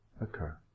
occur